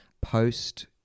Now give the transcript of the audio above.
post